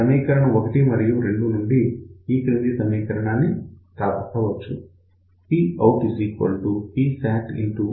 సమీకరణం 1 మరియు 2 నుండి ఈ క్రింది సమీకరణము రాబట్టు వచ్చు